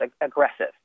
aggressive